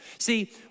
See